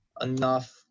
enough